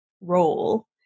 role